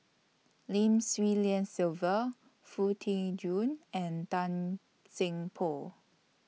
Lim Swee Lian Sylvia Foo Tee Jun and Tan Seng Poh